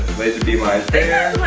laser beam eyes.